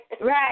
Right